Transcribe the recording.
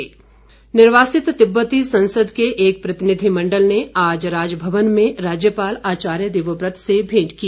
प्रतिनिधिमण्डल निर्वासित तिब्बती संसद के एक प्रतिनिधि मण्डल ने आज राजभवन में राज्यपाल आचार्य देवव्रत से भेंट की